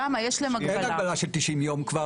אין הגבלה של 90 יום כבר.